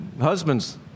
husbands